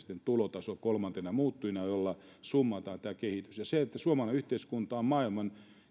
muuttuja ja sitten tulotaso on kolmas muuttuja jolla summataan tämä kehitys ja se että suomalainen yhteiskunta on maailman